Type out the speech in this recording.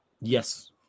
Yes